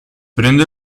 prende